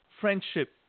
friendship